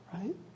right